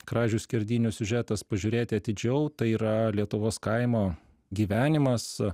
kražių skerdynių siužetas pažiūrėti atidžiau tai yra lietuvos kaimo gyvenimas